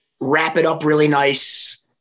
wrap-it-up-really-nice